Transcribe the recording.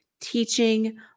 teaching